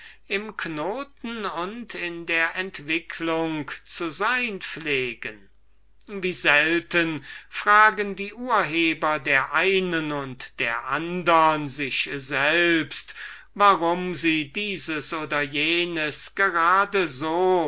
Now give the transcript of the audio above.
im knoten und in der entwicklung zu sein pflegen wie selten fragen die urheber der einen und der andern sich selbst warum sie dieses oder jenes gerade so